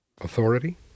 Authority